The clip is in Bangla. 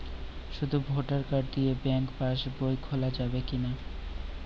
শুধু ভোটার কার্ড দিয়ে ব্যাঙ্ক পাশ বই খোলা যাবে কিনা?